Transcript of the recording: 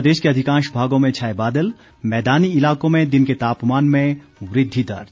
प्रदेश के अधिकांश भागों में छाए बादल मैदानी इलाकों में दिन के तापमान में वृद्धि दर्ज